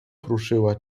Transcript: prószyła